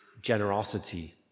generosity